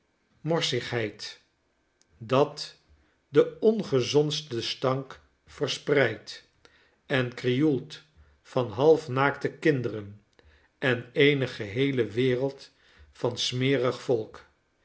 morsigheid dat den ongezondsten stank verspreidt en krioelt van halfnaakte kinderen en eene geheele wereld van smerig volk